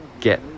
get